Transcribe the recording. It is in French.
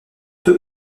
peu